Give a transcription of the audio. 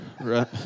right